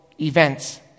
events